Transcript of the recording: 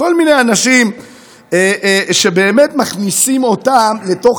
כל מיני אנשים שבאמת מכניסים אותם לתוך